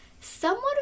Somewhat